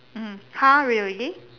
mmhmm !huh! really